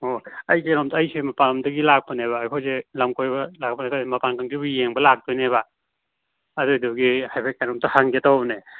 ꯑꯣ ꯑꯩꯁꯦ ꯀꯩꯅꯣꯝꯇ ꯑꯩꯁꯦ ꯃꯄꯥꯜꯂꯣꯝꯗꯒꯤ ꯂꯥꯛꯄꯅꯦꯕ ꯑꯩꯈꯣꯏꯁꯦ ꯂꯝꯀꯣꯏꯕ ꯂꯥꯛꯄꯅꯦ ꯑꯩꯈꯣꯏ ꯃꯄꯥꯜ ꯀꯥꯡꯖꯩꯕꯨꯡ ꯌꯦꯡꯕ ꯂꯥꯛꯇꯣꯏꯅꯦꯕ ꯑꯗꯨꯗꯨꯒꯤ ꯍꯥꯏꯐꯦꯠ ꯀꯩꯅꯣꯝꯇ ꯀꯩꯅꯣꯝ ꯍꯪꯒꯦ ꯇꯧꯕꯅꯦ